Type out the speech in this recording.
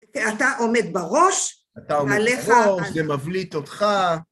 אתה עומד בראש, עליך... - אתה עומד בראש, זה מבליט אותך.